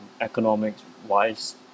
economics-wise